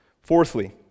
Fourthly